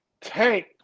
Tank